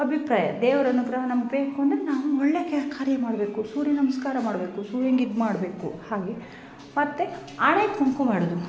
ಅಭಿಪ್ರಾಯ ದೇವ್ರ ಅನುಗ್ರಹ ನಮ್ಗೆ ಬೇಕು ಅಂದರೆ ನಾವು ಒಳ್ಳೆ ಕೆ ಕಾರ್ಯ ಮಾಡಬೇಕು ಸೂರ್ಯ ನಮಸ್ಕಾರ ಮಾಡಬೇಕು ಸೂರ್ಯಂಗೆ ಇದು ಮಾಡಬೇಕು ಹಾಗೆ ಮತ್ತು ಹಣೇಗ್ ಕುಂಕುಮ ಇಡೋದು